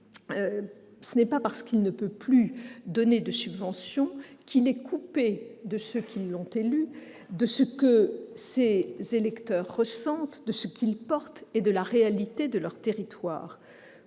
Ce n'est pas parce qu'un parlementaire ne peut plus donner de subventions qu'il est coupé de ceux qui l'ont élu, de ce qu'ils ressentent, de ce qu'ils portent et de la réalité de ces territoires.